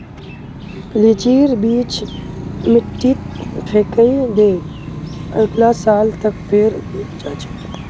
लीचीर बीज मिट्टीत फेकइ दे, अगला साल तक पेड़ उगे जा तोक